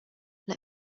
let